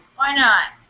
why not?